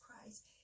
Christ